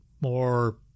more